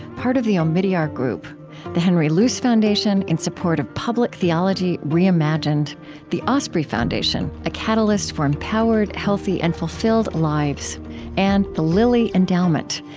part of the omidyar group the henry luce foundation, in support of public theology reimagined the osprey foundation a catalyst for empowered, healthy, and fulfilled lives and the lilly endowment,